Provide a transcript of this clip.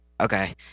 Okay